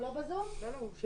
תעלו את